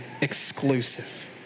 exclusive